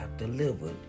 delivered